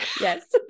Yes